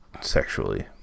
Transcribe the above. sexually